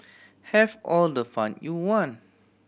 have all the fun you want